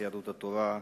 יהדות התורה,